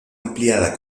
ampliada